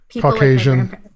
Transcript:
Caucasian